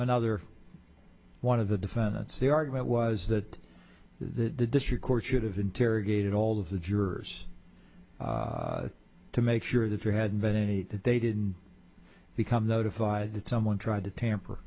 another one of the defendants the argument was that the district court should have interrogated all of the jurors to make sure that there hadn't been any that they didn't become notified that someone tried to tamper